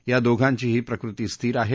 या दोघांचीही प्रकृती स्थिर आहे